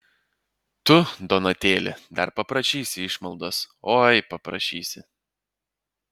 tu donatėli dar paprašysi išmaldos oi paprašysi